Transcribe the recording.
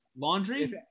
laundry